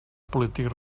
polítics